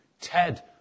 Ted